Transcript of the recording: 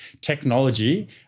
technology